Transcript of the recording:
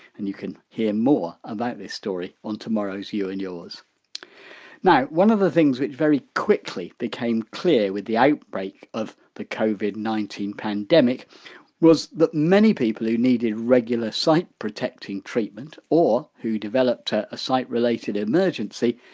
and you can hear more about this story on tomorrow's you and yours now one of the things which very quickly became clear with the outbreak of the covid nineteen pandemic was that many people who needed regularly sight protecting treatment or who developed a ah sight related emergency,